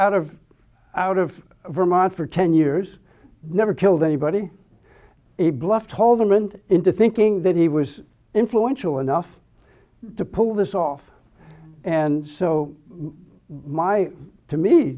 out of out of vermont for ten years never killed anybody a bluff told them and into thinking that he was influential enough to pull this off and so my to me